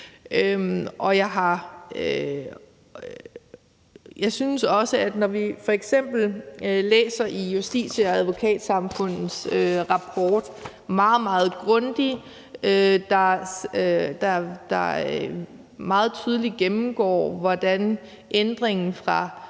Jeg synes også, at når vi f.eks. læser Justitia og Advokatsamfundets rapport, der er meget, meget grundig og meget klart gennemgår ændringen fra